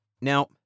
Now